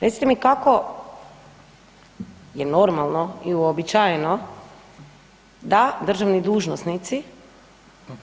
Recite mi kako je normalno i uobičajeno da državni dužnosnici